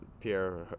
Pierre